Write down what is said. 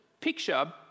picture